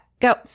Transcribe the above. go